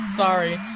sorry